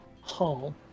hall